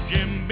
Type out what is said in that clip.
Jim